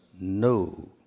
no